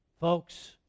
Folks